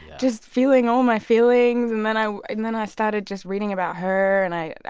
just feeling all my feelings. and then i then i started just reading about her. and i,